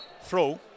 throw